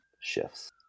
shifts